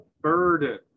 burden